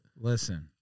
Listen